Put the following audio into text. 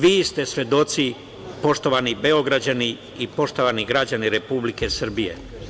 Vi ste svedoci, poštovani Beograđani i poštovani građani Republike Srbije.